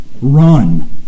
run